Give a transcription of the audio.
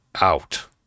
out